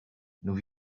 nous